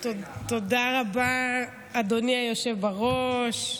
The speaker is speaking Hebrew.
תודה רבה, אדוני היושב בראש.